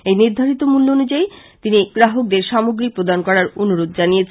এই নির্ধারিত মূল্য অনুযায়ী তিনি গ্রাহকদের সামগ্রী প্রদান করার অনুরোধ জানিয়েছেন